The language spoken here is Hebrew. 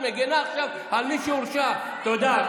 את מגינה עכשיו על מי שהורשע, תודה.